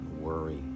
worry